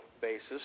basis